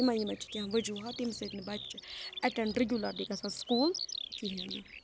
یِمَے یِمَے چھِ کیٚنٛہہ وُجوٗہات تمہِ سۭتۍ نہٕ بچہِ چھُ اٮ۪ٹنٛڈ رگولری گژھان سُکوٗل کِہیٖنۍ نہٕ